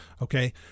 Okay